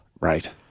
right